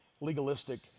legalistic